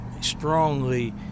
strongly